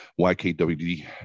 ykwd